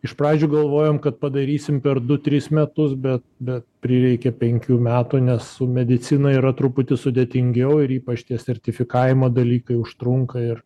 iš pradžių galvojom kad padarysim per du tris metus bet bet prireikė penkių metų nes su medicina yra truputį sudėtingiau ir ypač tie sertifikavimo dalykai užtrunka ir